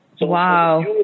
Wow